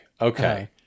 okay